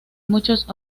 muchos